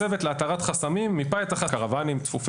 הצוות להתרת חסמים מיפה את החסמים השונים כגון: מחסור